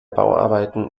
bauarbeiten